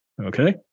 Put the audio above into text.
Okay